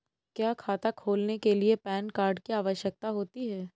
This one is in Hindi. क्या खाता खोलने के लिए पैन कार्ड की आवश्यकता होती है?